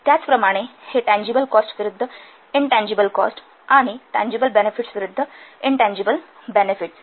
त्याचप्रमाणे हे tangible cost विरूद्ध इनटँजिबल कॉस्ट आणि टँजिबल बेनेफिट्स विरुद्ध इनटँजिबल बेनेफिट्स